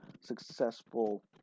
successful